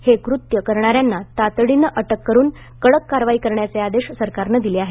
हे कृत्य करणाऱ्यांना तातडीनं अटक करून कडक कारवाई करण्याचे आदेश सरकारनं दिले आहेत